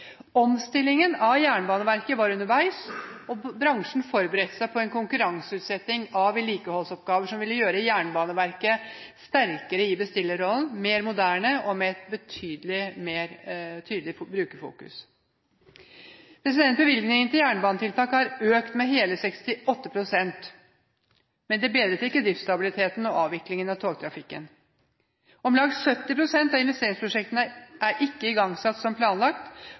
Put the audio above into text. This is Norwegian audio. omstillingen av Jernbaneverket var underveis, og bransjen forberedte seg på en konkurranseutsetting av vedlikeholdsoppgaver som ville gjøre Jernbaneverket sterkere i bestillerrollen, mer moderne og med et mer tydelig brukerfokus. Bevilgningene til jernbanetiltak har økt med hele 68 pst., men det har ikke bedret driftsstabiliteten og avviklingen av togtrafikken. Om lag 70 pst. av investeringsprosjektene er ikke igangsatt som planlagt,